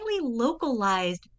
localized